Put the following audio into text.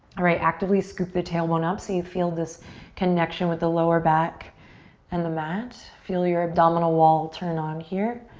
alright, actively scoop the tailbone up so you feel this connection with the lower back and the mat. feel your abdominal wall turn on here.